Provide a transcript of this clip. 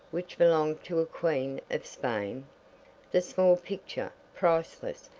which belonged to a queen of spain the small picture, priceless,